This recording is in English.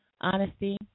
Honesty